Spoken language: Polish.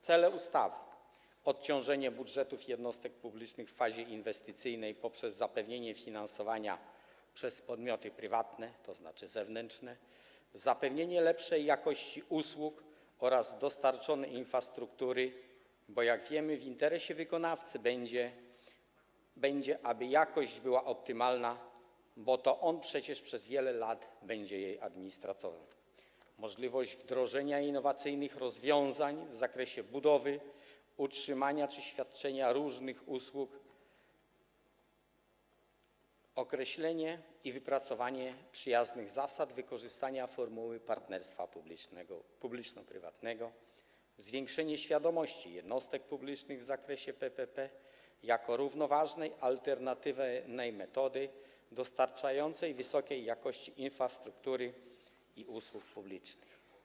Cele ustawy: odciążenie budżetów jednostek publicznych w fazie inwestycyjnej poprzez zapewnienie finansowania przez podmioty prywatne, tzw. zewnętrze; zapewnienie lepszej jakości usług oraz dostarczonej infrastruktury, bo jak wiemy, w interesie wykonawcy będzie, aby jakość była optymalna, bo to przecież on przez wiele lat będzie jej administratorem; możliwość wdrożenia innowacyjnych rozwiązań w zakresie budowy i utrzymania jednostek czy świadczenia różnych usług; określenie i wypracowanie przyjaznych zasad wykorzystywania formuły partnerstwa publiczno-prywatnego; zwiększenie świadomości jednostek publicznych w zakresie PPP jako równoważnej, alternatywnej metody dostarczania wysokiej jakości infrastruktury i usług publicznych.